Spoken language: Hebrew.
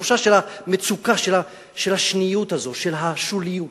התחושה של המצוקה, של השניות הזאת, של השוליות: